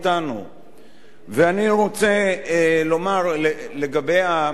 אני רוצה לומר לגבי התוצאה.